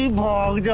lord